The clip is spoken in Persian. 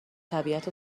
طبیعت